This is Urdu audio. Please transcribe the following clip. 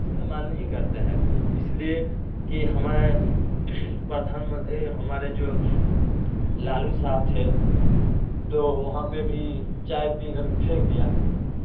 استعمال نہیں کرتا ہے اس لیے کہ ہمارے پردھان ما ہمارے جو لالو صاحب تھے تو وہاں پہ بھی چائے پی کر پھینک دیا